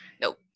Nope